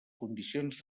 condicions